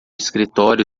escritório